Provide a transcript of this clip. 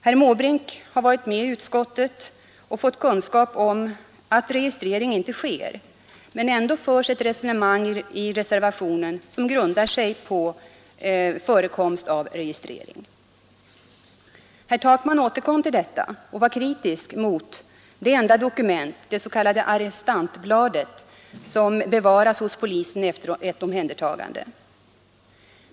Herr Måbrink har varit med i utskottet och fått kunskap om att registrering inte sker, men ändå förs ett resonemang i reservationen som grundar sig på förekomst av registrering. Herr Takman återkom till detta och var kritisk mot det enda dokument, det s.k. arrestantbladet, som bevaras hos polisen efter ett omhändertagande.